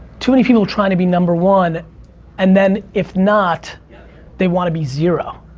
too many people try to be number one and then if not they wanna be zero.